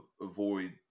avoid